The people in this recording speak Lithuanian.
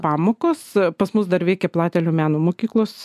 pamokos pas mus dar veikia platelių meno mokyklos